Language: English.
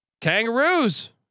kangaroos